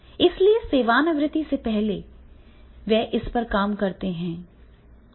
इसलिए सेवानिवृत्ति से पहले वे इस पर काम करेंगे